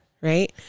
right